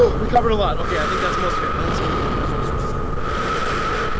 we covered a lot. okay, i think that's most of it. landscape, animals, resources, food, economy. okay.